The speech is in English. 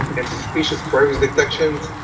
and suspicious queries detections,